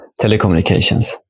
telecommunications